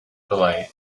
ballet